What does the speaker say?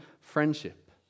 friendship